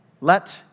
Let